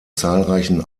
zahlreichen